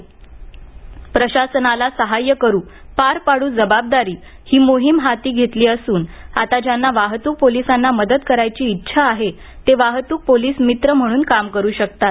प्रशासनाला साहाय्य करू पार पाडू जबाबदारी ही मोहीम हाती घेतली असून आता ज्यांना वाहतूक पोलिसांना मदत करायची इच्छा आहे ते वाहतूक पोलीस मित्र म्हणून काम करू शकतात